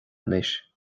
anois